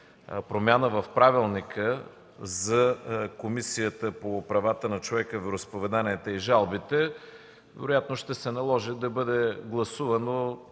промяна в правилника за Комисията по правата на човека, вероизповеданията и жалбите, вероятно ще се наложи да бъде гласувана